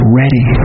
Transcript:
ready